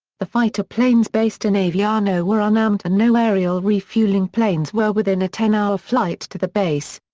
the fighter planes based in aviano were unarmed and no aerial refueling planes were within a ten hour flight to the base.